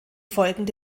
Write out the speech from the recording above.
folgende